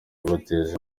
ibateza